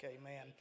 Amen